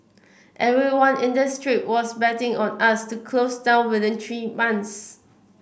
everyone in this street was betting on us to close down within three months